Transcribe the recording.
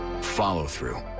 Follow-through